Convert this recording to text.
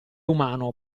umano